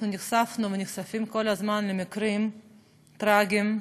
אנחנו נחשפנו ונחשפים כל הזמן למקרים טרגיים,